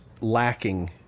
lacking